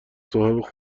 صاحب